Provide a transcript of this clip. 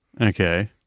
Okay